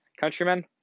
Countrymen